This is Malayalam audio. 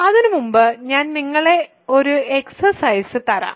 അതിനുമുമ്പ് ഞാൻ നിങ്ങൾക്ക് ഒരു എക്സ്സർസൈസ് തരാം